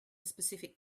specific